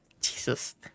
Jesus